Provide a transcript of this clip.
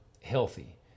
healthy